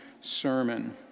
sermon